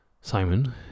Simon